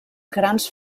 grans